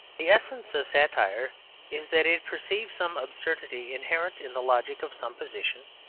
the essence of satire is that it perceives some absurdity inherent in the logic of some position,